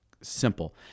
simple